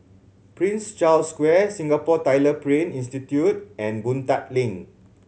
Prince Charles Square Singapore Tyler Print Institute and Boon Tat Link